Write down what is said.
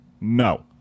No